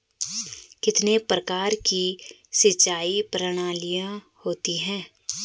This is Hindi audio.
कितने प्रकार की सिंचाई प्रणालियों होती हैं?